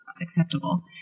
acceptable